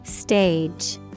Stage